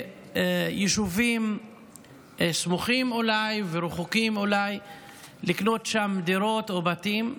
ליישובים אולי סמוכים ואולי רחוקים ולקנות שם דירות או בתים,